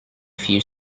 few